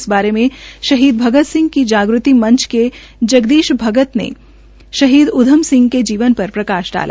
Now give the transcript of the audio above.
इस बारे मे शहीद भगत सिंह जागृति मंच के जगदीश भगत ने शहीद उद्यम सिंह के जीवन पर प्रकाश डाला